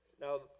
Now